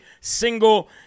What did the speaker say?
single